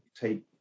take